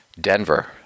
Denver